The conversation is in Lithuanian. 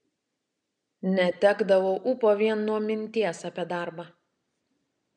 netekdavau ūpo vien nuo minties apie darbą